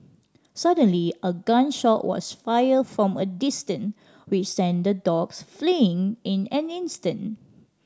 suddenly a gun shot was fired from a distance which sent the dogs fleeing in an instant